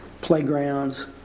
playgrounds